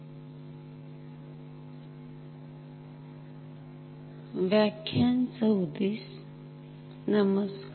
polar potentiometer आणि phase shifter व्याख्यान 34 नमस्कार